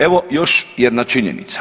Evo još jedna činjenica.